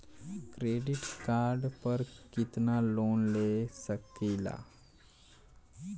Credit card पर कितनालोन ले सकीला?